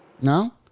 No